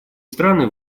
страны